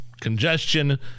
congestion